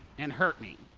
and hurt me.